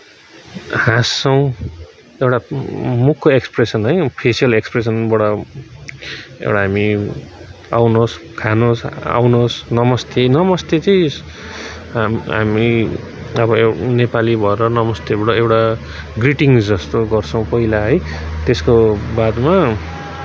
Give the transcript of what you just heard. हाँस्छौँ एउटा मुखको एक्सप्रेसन है फेसिएल एक्सप्रेसनबाट एउटा हामी आउनुहोस् खानुहोस् आउनुहोस् नमस्ते नमस्ते चाहिँ हाम हामी अब एउ नेपाली भएर नमस्तेबाट एउटा ग्रिटिङ्स जस्तो गर्छौँ पहिला है त्यसको बादमा